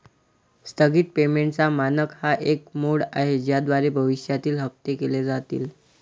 स्थगित पेमेंटचा मानक हा एक मोड आहे ज्याद्वारे भविष्यातील हप्ते केले जातील